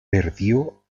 perdió